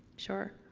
sure.